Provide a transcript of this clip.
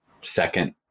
second